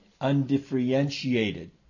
undifferentiated